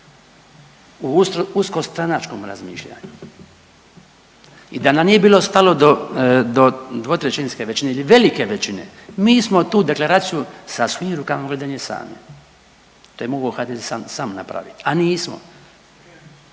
u uskostranačkom razmišljanju i da nam nije bilo stalo do dvotrećinske većine ili velike većine, mi smo tu deklaraciju sa svim rukama .../Govornik se ne razumije./... to je mogao HDZ sam napravit, a nismo.